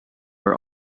were